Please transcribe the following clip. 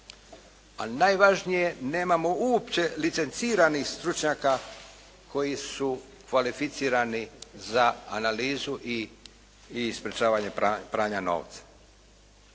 najvažnije nemamo uopće licenciranih stručnjaka koji su kvalificirani za analizu i sprječavanje pranja novca.